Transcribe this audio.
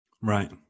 Right